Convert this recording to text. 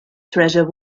treasure